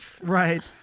Right